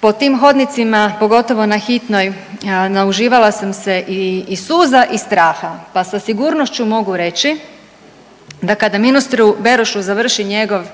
Po tim hodnicima, pogotovo na hitnoj nauživala sam se i suza i straha, pa sigurnošću mogu reći da kada ministru Berošu završi njegov